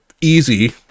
easy